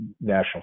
national